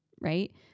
right